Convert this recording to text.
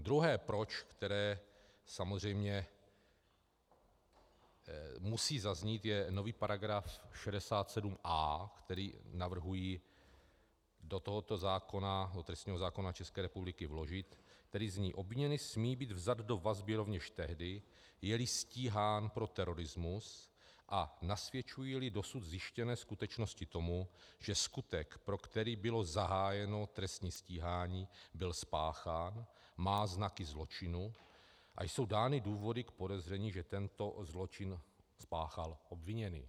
Druhé proč, které samozřejmě musí zaznít, je nový § 67a, který navrhují do trestního zákona České republiky vložit, který zní: Obviněný smí být vzat do vazby rovněž tehdy, jeli stíhán pro terorismus a nasvědčujíli dosud zjištěné skutečnosti tomu, že skutek, pro který bylo zahájeno trestní stíhání, byl spáchán, má znaky zločinu a jsou dány důvody k podezření, že tento zločin spáchal obviněný.